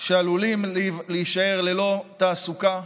שעלולות להישאר ללא תעסוקה.